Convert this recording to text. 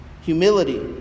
humility